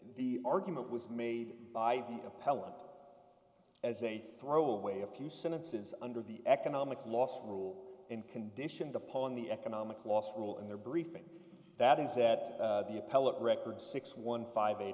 the argument was made by the appellant as a throw away a few sentences under the economic loss rule and conditioned upon the economic loss rule in their briefing that is that the appellate record six one five eight